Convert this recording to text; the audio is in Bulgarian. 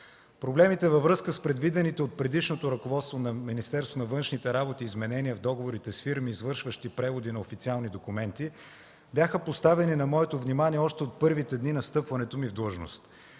Проблемите във връзка с предвидените от предишното ръководство на Министерството на външните работи изменения в договорите с фирми, извършващи преводи на официални документи, бяха поставени на моето внимание още от първите дни на встъпването ми в длъжност.